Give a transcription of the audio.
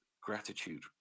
gratitude